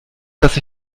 dass